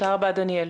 תודה רבה דניאל.